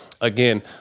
again